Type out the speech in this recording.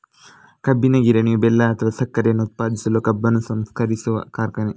ಕಬ್ಬಿನ ಗಿರಣಿಯು ಬೆಲ್ಲ ಅಥವಾ ಸಕ್ಕರೆಯನ್ನ ಉತ್ಪಾದಿಸಲು ಕಬ್ಬನ್ನು ಸಂಸ್ಕರಿಸುವ ಕಾರ್ಖಾನೆ